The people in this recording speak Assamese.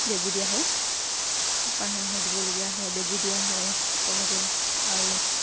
বেজী দিয়া হয় মাহে মাহে দিবলগীয়া হয় বেজী দিয়া হয় তেনেকৈ আৰু